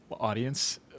audience